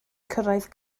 gyrraedd